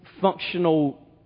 functional